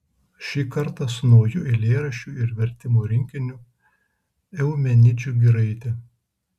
šį kartą su nauju eilėraščių ir vertimų rinkiniu eumenidžių giraitė